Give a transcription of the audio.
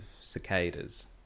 cicadas